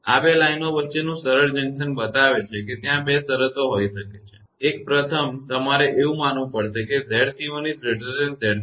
આ બે લાઇનો વચ્ચેનું સરળ જંકશન બતાવે છે ત્યાં બે શરતો હોઈ શકે છે એક પ્રથમ તમારે એવું માનવું પડશે કે 𝑍𝑐1 𝑍𝑐2